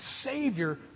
Savior